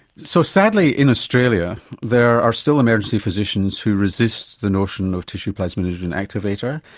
so sadly in australia there are still emergency physicians who resist the notion of tissue plasminogen activator.